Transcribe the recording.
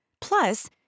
Plus